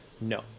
no